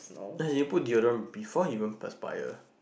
then he put deodorant before it won't expired